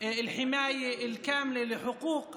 ההגנה המלאה על זכויות